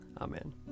Amen